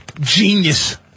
Genius